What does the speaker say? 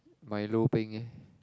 milo peng eh